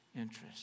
interest